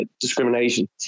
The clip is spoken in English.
discrimination